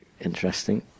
interesting